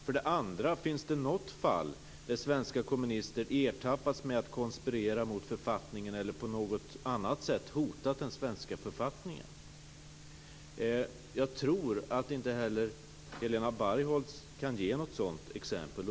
För det andra: Finns det något fall där svenska kommunister ertappats med att konspirera mot författningen eller på något annat sätt hotat den svenska författningen? Jag tror inte att Helena Bargholtz kan ge något sådant exempel.